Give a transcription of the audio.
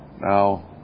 Now